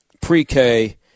pre-K